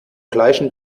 gleichen